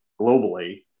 globally